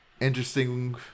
interesting